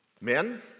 Men